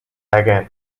again